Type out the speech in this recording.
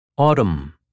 Autumn